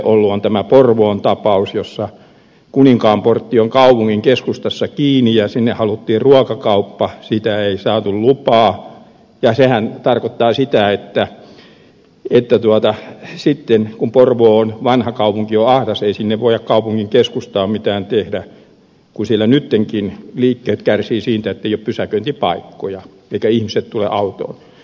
on tämä porvoon tapaus jossa kuninkaanportti on kaupungin keskustassa kiinni ja sinne haluttiin ruokakauppa siihen ei saatu lupaa ja sehän tarkoittaa sitä että sitten kun porvoon vanha kaupunki on ahdas ei sinne kaupungin keskustaan voida mitään tehdä kun siellä nyttenkin liikkeet kärsivät siitä että ei ole pysäköintipaikkoja eivätkä ihmiset tule autolla